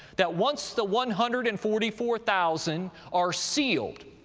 that once the one hundred and forty four thousand are sealed,